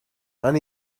and